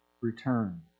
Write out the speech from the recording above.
return